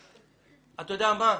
אתה יודע מה?